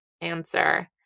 answer